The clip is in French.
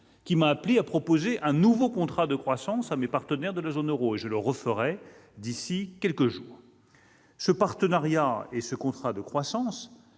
qui m'a conduit à proposer un nouveau contrat de croissance à mes partenaires de la zone euro et je recommencerai dans quelques jours. Ce partenariat et ce contrat de croissance